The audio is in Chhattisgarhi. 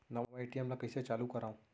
नवा ए.टी.एम कारड ल कइसे चालू करव?